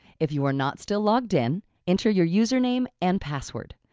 if you are not still logged in enter your username and password.